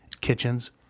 kitchens